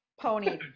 pony